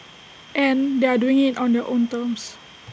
and they are doing IT on their own terms